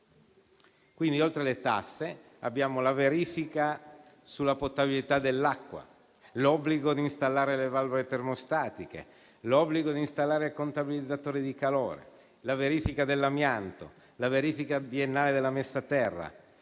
Oltre alle tasse abbiamo la verifica sulla potabilità dell'acqua, l'obbligo di installare le valvole termostatiche, l'obbligo di installare contabilizzatori di calore, la verifica dell'amianto, la verifica biennale della messa a terra,